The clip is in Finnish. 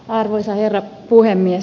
arvoisa herra puhemies